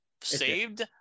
saved